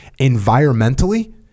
environmentally